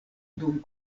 dum